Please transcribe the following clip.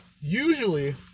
usually